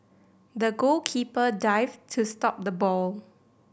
the goalkeeper dived to stop the ball